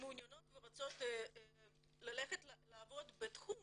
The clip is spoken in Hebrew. מעוניינות ורוצות לעבוד בתחום